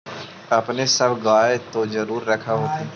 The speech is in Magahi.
अपने सब गाय तो जरुरे रख होत्थिन?